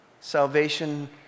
salvation